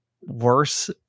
worse